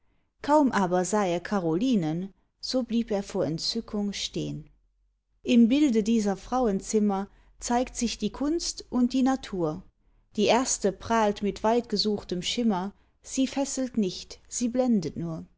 kaum aber sah er carolinen so blieb er vor entzückung stehn im bilde dieser frauenzimmer zeigt sich die kunst und die natur die erste prahlt mit weit gesuchtem schimmer sie fesselt nicht sie blendet nur